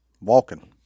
Walking